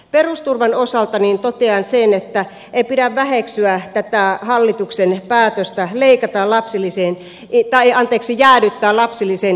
perusturvan osalta totean sen että ei pidä väheksyä tätä hallituksen päätöstä leikata lapsilisiä ei tai anteeksi jäädyttää lapsilisien indeksiä